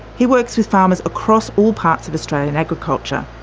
he works with farmers across all parts of australian agriculture.